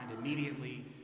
immediately